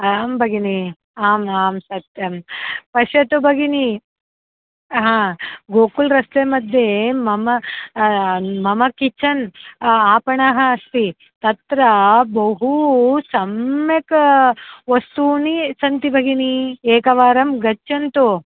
आं भगिनि आम् आं सत्यं पश्यतु भगिनि हा गोकुल् रस्ते मध्ये मम मम किच्चन् आपणः अस्ति तत्र बहु सम्यक् वस्तूनि सन्ति भगिनि एकवारं गच्छन्तु